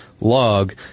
log